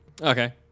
Okay